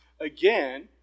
again